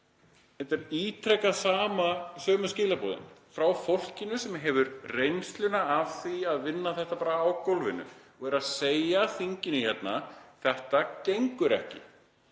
Þetta eru ítrekað sömu skilaboðin frá fólkinu sem hefur reynsluna af því að vinna þetta á gólfinu og er að segja þinginu hérna: Þetta gengur ekki.